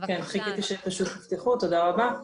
תודה רבה.